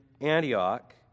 Antioch